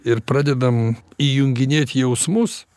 ir pradedam įjunginėt jausmus